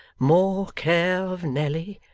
more care of nelly!